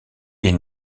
est